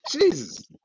Jesus